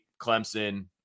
Clemson